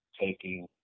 taking